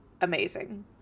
amazing